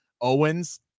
Owens